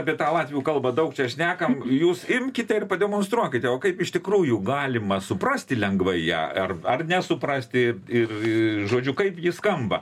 apie tą latvių kalbą daug čia šnekam jūs imkite ir pademonstruokite o kaip iš tikrųjų galima suprasti lengvai ją ar ar nesuprasti ir žodžiu kaip ji skamba